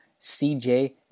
CJ